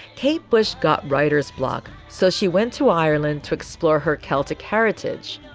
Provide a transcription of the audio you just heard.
kate bush got writer's block. so she went to ireland to explore her celtic heritage.